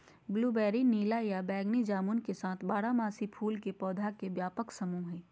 blueberry नीला या बैगनी जामुन के साथ बारहमासी फूल के पौधा के व्यापक समूह हई